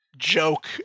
joke